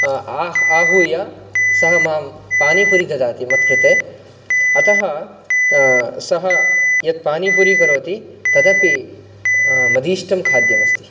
आहूय सः मां पानीपुरी ददाति मत्कृते अतः सः यत् पानीपूरी करोति तदपि मदीष्टं खाद्यम् अस्ति